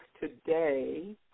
today